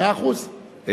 מאה אחוז.